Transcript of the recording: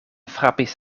frapis